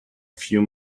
few